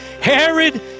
Herod